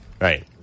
right